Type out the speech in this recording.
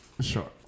sure